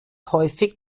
häufig